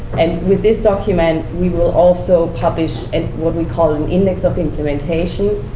and with this document, we will also publish and what we call an index of implementation,